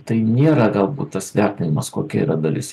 tai nėra galbūt tas vertinimas kokia yra dalis